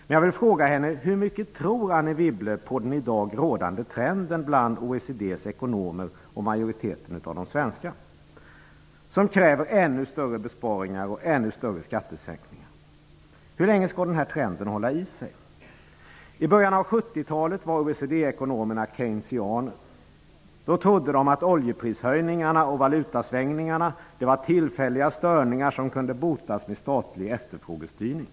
Men jag vill fråga Anne Wibble hur mycket hon tror på att den i dag rådande trenden bland OECD:s ekonomer och bland majoriteten av de svenska ekonomerna, som kräver ännu större besparingar och ännu större skattesänkningar, skall hålla i sig. I början av 70-talet var OECD-ekonomerna keynesianer. De trodde då att oljeprishöjningarna och valutasvängningarna var tillfälliga störningar som kunde botas med statlig efterfrågestyrning.